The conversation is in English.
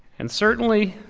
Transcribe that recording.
and certainly,